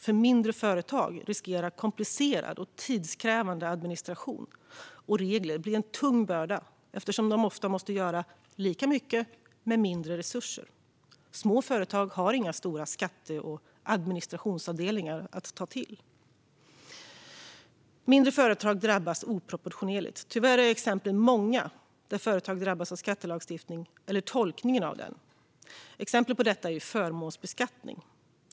För mindre företag riskerar komplicerad och tidskrävande administration och regler att bli en tung börda eftersom företagen ofta måste göra lika mycket med mindre resurser. Små företag har inga stora skatte och administrationsavdelningar att ta till. Mindre företag drabbas oproportionerligt. Tyvärr är exemplen många där företag drabbas av skattelagstiftningen eller tolkningen av den. Ett av dessa exempel är förmånsbeskattning.